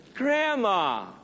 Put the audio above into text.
Grandma